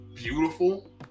beautiful